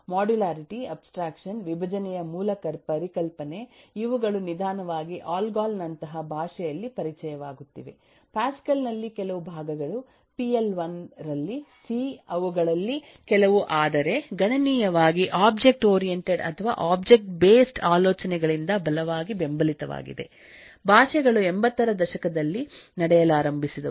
modularity abstraction ವಿಭಜನೆಯ ಮೂಲ ಪರಿಕಲ್ಪನೆ ಇವುಗಳು ನಿಧಾನವಾಗಿ ಅಲ್ಗೊಲ್ ನಂತಹ ಭಾಷೆಯಲ್ಲಿ ಪರಿಚಯವಾಗುತ್ತಿವೆ ಪ್ಯಾಸ್ಕಲ್ ನಲ್ಲಿ ಕೆಲವು ಭಾಗಗಳು ಪಿ ಎಲ್1 PL 1 ರಲ್ಲಿ ಸಿ ಅವುಗಳಲ್ಲಿ ಕೆಲವುಆದರೆ ಗಣನೀಯವಾಗಿ ಒಬ್ಜೆಕ್ಟ್ ಓರಿಯಂಟೆಡ್ ಅಥವಾ ಒಬ್ಜೆಕ್ಟ್ ಬೇಸ್ಡ್ ಆಲೋಚನೆಗಳಿಂದ ಬಲವಾಗಿ ಬೆಂಬಲಿತವಾಗಿದೆ ಭಾಷೆಗಳು 80 ರ ದಶಕದಲ್ಲಿ ನಡೆಯಲಾರಂಭಿಸಿದವು